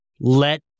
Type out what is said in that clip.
let